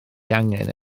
angen